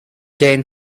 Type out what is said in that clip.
gain